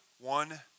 one